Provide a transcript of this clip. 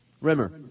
Rimmer